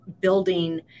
building